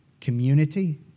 community